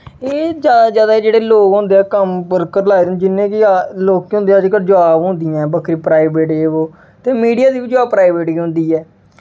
एह् जादा जादा जेह्ड़े लोग होंदे कम्म कम्म पर वर्कर लाए दे होंदे ऐ जि'यां कि लोकें दी अज्जकल जॉब होंदियां बक्खरियां प्राइवेट यह वो ते मीडिया दी बी जॉब प्राइवेट गै होंदी ऐ